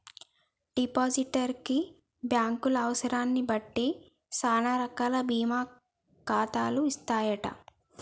depositor కి బ్యాంకులు అవసరాన్ని బట్టి సానా రకాల బీమా ఖాతాలు ఇస్తాయంట